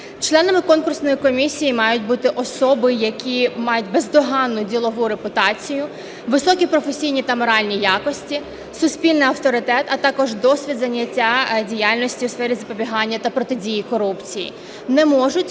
Членами конкурсної комісії мають бути особи, які мають бездоганну ділову репутацію, високі професійні та моральні якості, суспільний авторитет, а також досвід зайняття діяльністю у сфері запобігання та протидії корупції. Не можуть